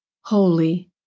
holy